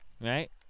Right